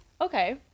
Okay